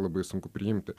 labai sunku priimti